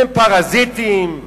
הם פרזיטים,